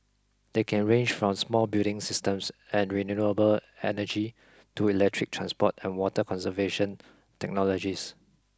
they can range from smart building systems and renewable energy to electric transport and water conservation technologies